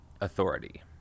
authority